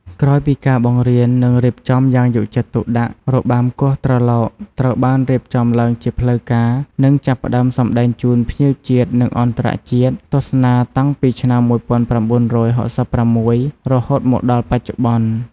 ក្រោយពីការបង្រៀន និងរៀបចំយ៉ាងយកចិត្តទុកដាក់ របាំគោះត្រឡោកត្រូវបានរៀបចំឡើងជាផ្លូវការ និងចាប់ផ្ដើមសម្តែងជូនភ្ញៀវជាតិ និងអន្តរជាតិទស្សនាតាំងពីឆ្នាំ១៩៦៦ រហូតមកដល់បច្ចុប្បន្ន។